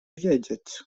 wiedzieć